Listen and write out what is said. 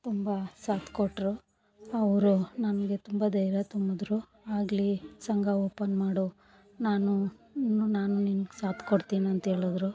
ತುಂಬ ಸಾತ್ ಕೊಟ್ಟರು ಅವರು ನಮಗೆ ತುಂಬ ಧೈರ್ಯ ತುಂಬಿದ್ರು ಆಗಲಿ ಸಂಘ ಓಪನ್ ಮಾಡು ನಾನು ಇನ್ನು ನಾನು ನಿಂಗೆ ಸಾತ್ ಕೊಡ್ತೀನಂತೇಳಿದ್ರು